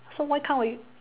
so why can't we